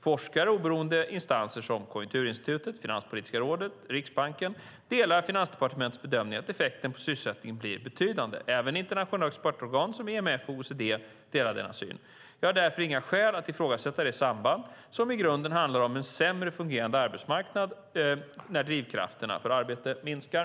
Forskare och oberoende instanser som Konjunkturinstitutet, Finanspolitiska rådet och Riksbanken delar Finansdepartementets bedömning att effekten på sysselsättningen blir betydande. Även internationella expertorgan som IMF och OECD delar denna syn. Jag har därför inga skäl att ifrågasätta detta samband som i grunden handlar om en sämre fungerande arbetsmarknad när drivkrafterna för arbete minskar.